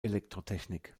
elektrotechnik